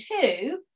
two